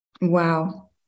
Wow